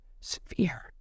sphere